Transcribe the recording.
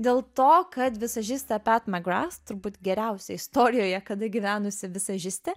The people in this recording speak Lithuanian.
dėl to kad visažistą pet megras turbūt geriausia istorijoje kada gyvenusi visažistė